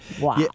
Wow